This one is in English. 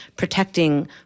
protecting